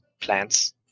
Plants